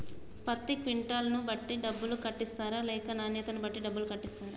పత్తి క్వింటాల్ ను బట్టి డబ్బులు కట్టిస్తరా లేక నాణ్యతను బట్టి డబ్బులు కట్టిస్తారా?